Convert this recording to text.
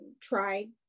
tried